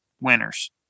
winners